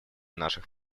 наших